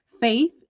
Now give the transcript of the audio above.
Faith